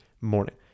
morning